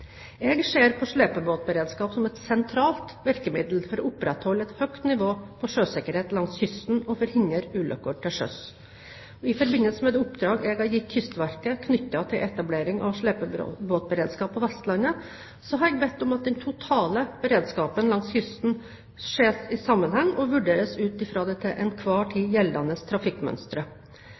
Jeg ser på slepebåtberedskap som et sentralt virkemiddel for å opprettholde et høyt nivå på sjøsikkerhet langs kysten og forhindre ulykker til sjøs. I forbindelse med det oppdraget jeg har gitt Kystverket knyttet til etablering av slepebåtberedskap på Vestlandet, har jeg bedt om at den totale beredskapen langs kysten ses i sammenheng og vurderes ut fra det til enhver tid gjeldende